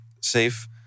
safe